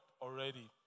already